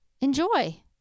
Enjoy